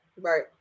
right